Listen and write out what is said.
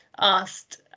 asked